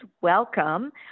welcome